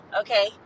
Okay